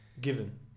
given